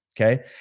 Okay